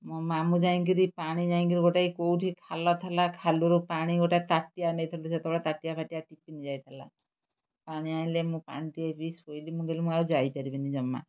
ମୋ ମାମୁଁ ଯାଇଁକିରି ପାଣି ଯାଇଁକିରି ଗୋଟେ କୋଉଠି ଖାଲ ଥିଲା ଖାଲରୁ ପାଣି ଗୋଟେ ତାଟିଆ ନେଇଥିଲୁ ସେତେବେଳେ ତାଟିଆ ଫାଟିଆ ଟିଫିନ୍ ଯାଇଥିଲା ପାଣି ଆଣିଲେ ମୁଁ ପାଣିଟିଏ ବି ଶୋଇଲି ମୁଁ କହିଲି ମୁଁ ଆଉ ଯାଇପାରିବିନି ଜମା